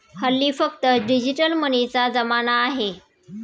हल्ली फक्त डिजिटल मनीचा जमाना आहे